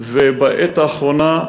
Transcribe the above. ובעת האחרונה,